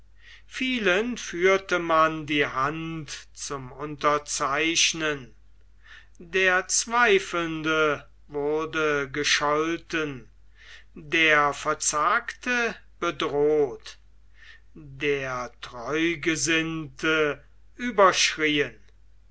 vielen führte man die hand zum unterzeichnen der zweifelnde wurde gescholten der verzagte bedroht der treugesinnte überschrieen